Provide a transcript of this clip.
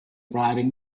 bribing